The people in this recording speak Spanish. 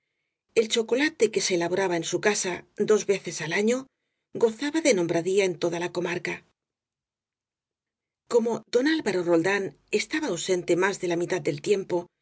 el chocolate que se elaboraba en su casa dos veces al año gozaba de nombradía en toda la comarca como don alvaro roldán estaba ausente más de la mitad del tiempo